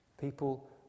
People